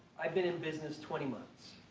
i've been in business twenty months.